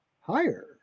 Higher